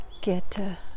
get